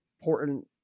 important